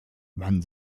wann